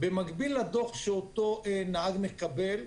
במקביל לדוח שאותו נהג מקבל,